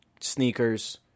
sneakers